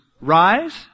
rise